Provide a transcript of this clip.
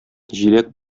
җиләк